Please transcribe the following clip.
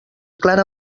clara